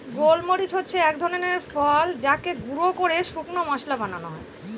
গোল মরিচ হচ্ছে এক ধরনের ফল যাকে গুঁড়া করে শুকনো মশলা বানানো হয়